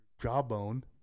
jawbone